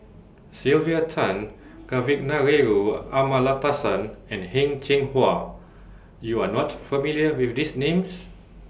Sylvia Tan Kavignareru Amallathasan and Heng Cheng Hwa YOU Are not familiar with These Names